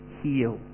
heal